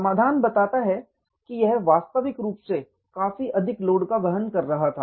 समाधान बताता है कि यह वास्तविक रूप से काफी अधिक लोड का वहन कर रहा था